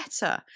better